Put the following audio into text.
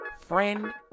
friend